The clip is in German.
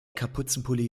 kapuzenpulli